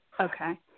Okay